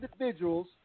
individuals